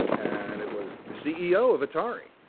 and it was the ceo of atari,